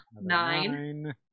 Nine